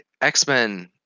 X-Men